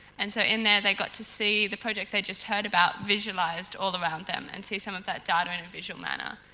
and so in there they got to see the project they just heard about, visualised all around them and see some of that data in a visual manner.